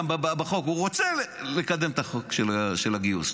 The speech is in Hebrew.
הוא רוצה לקדם את החוק של הגיוס,